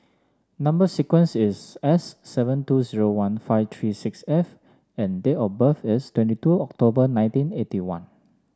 number sequence is S seven two zero one five three six F and date of birth is twenty two October nineteen eighty one